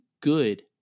good